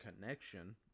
connection